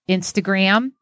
Instagram